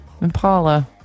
Impala